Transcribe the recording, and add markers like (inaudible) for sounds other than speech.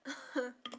(laughs)